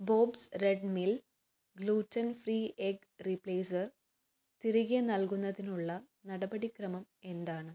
bobs Red Mill gluten free egg replacer തിരികെ നൽകുന്നതിനുള്ള നടപടിക്രമം എന്താണ്